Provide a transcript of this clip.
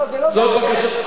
זאת בקשתי.